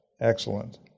Excellent